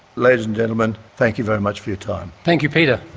ladies and gentlemen, thank you very much for your time. thank you peter.